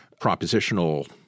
propositional